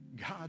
God